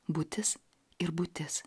būtis ir būtis